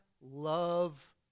love